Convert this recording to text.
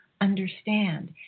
understand